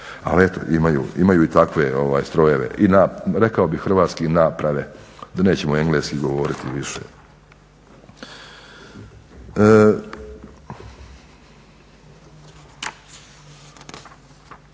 Ali eto imaju i takve strojeve, rekao bih hrvatski naprave. Nećemo engleski govoriti više.